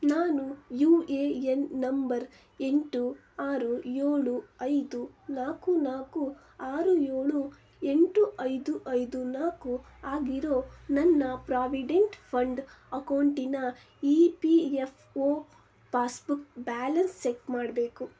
ನಾನು U A N number ಎಂಟು ಆರು ಏಳು ಐದು ನಾಲ್ಕು ನಾಲ್ಕು ಆರು ಏಳು ಎಂಟು ಐದು ಐದು ನಾಲ್ಕು ಆಗಿರೋ ನನ್ನ ಪ್ರಾವಿಡೆಂಟ್ ಫಂಡ್ ಅಕೌಂಟಿನ E P F O passbook balance check ಮಾಡಬೇಕು